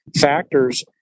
factors